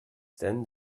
then